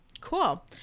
cool